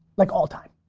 like all time.